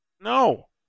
No